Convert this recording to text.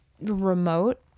remote